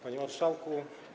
Panie Marszałku!